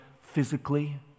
physically